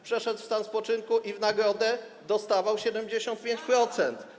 Przeszedł w stan spoczynku i w nagrodę dostawał 75%.